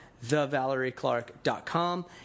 thevalerieclark.com